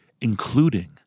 including